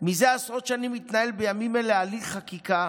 מזה עשרות שנים מתנהל בימים אלה הליך חקיקה